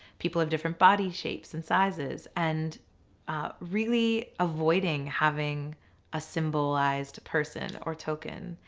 people of different body shapes and sizes, and really avoiding having a symbolized person orr token.